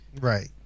Right